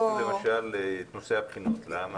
למה נושא הבחינות בסדר?